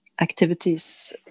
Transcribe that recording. activities